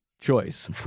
choice